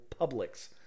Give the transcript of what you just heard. Publix